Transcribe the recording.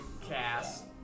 cast